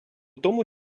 тому